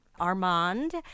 Armand